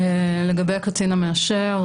לגבי הקצין המאשר,